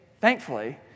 thankfully